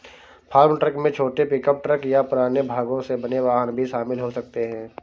farm truck में छोटे pickup truck या पुराने भागों से बने वाहन भी शामिल हो सकते हैं